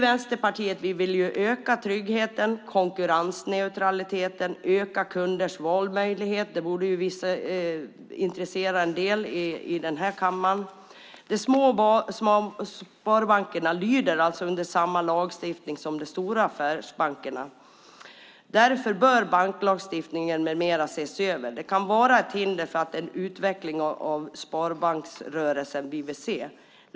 Vänsterpartiet vill öka tryggheten, konkurrensneutraliteten och öka kunders valmöjlighet. Det borde kunna intressera en del i den här kammaren. De små sparbankerna lyder alltså under samma lagstiftning som de stora affärsbankerna; därför bör banklagstiftning med mera ses över. Den kan vara ett hinder för den utveckling av sparbanksrörelsen vi vill se.